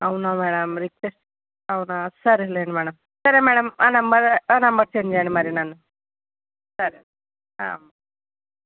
అవునా madam request అవునా సరేలెండి మ్యాడం సరే మ్యాడం ఆ నెంబర్ ఆ నెంబరూ సెండ్ చేయండి మరి నన్ను సరే